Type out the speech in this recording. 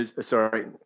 sorry